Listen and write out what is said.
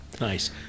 Nice